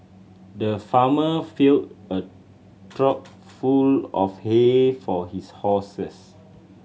the farmer filled a trough full of hay for his horses